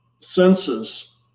senses